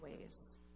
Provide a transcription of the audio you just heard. ways